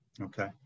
Okay